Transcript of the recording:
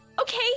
Okay